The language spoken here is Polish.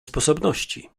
sposobności